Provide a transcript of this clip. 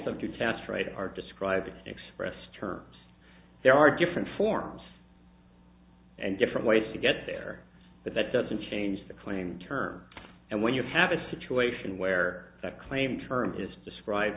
right are described expressed terms there are different forms and different ways to get there but that doesn't change the claim turn and when you have a situation where that claim turned is described